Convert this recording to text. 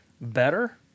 better